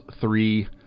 three